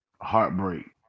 heartbreak